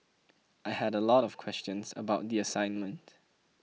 I had a lot of questions about the assignment